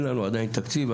אין לנו עדיין תקציב,